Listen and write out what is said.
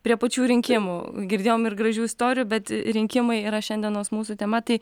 prie pačių rinkimų girdėjom ir gražių istorijų bet rinkimai yra šiandienos mūsų tema tai